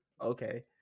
Okay